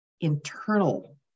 internal